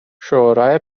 شورای